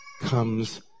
comes